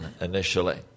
initially